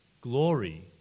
Glory